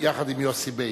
יחד עם יוסי ביילין.